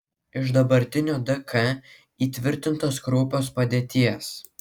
iš dabartinio dk įtvirtintos kraupios padėties